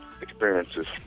experiences